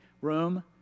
room